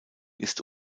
ist